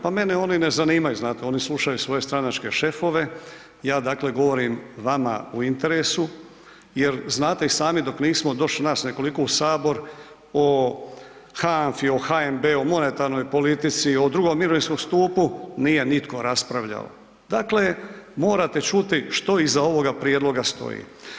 Pa mene oni ne zanimaju znate, oni slušaju svoje stranačke šefove, ja dakle govorim vama u interesu jer znate i sami dok nismo došli nas nekoliko u Sabor o HANFA-i, HNB-u, monetarnoj politici, o II mirovinskom stupu nije nitko raspravljao, dakle morate čuti što iza ovoga prijedloga stoji.